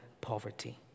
poverty